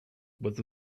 was